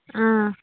ꯑꯥ